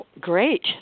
Great